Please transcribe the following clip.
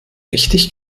richtig